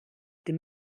dem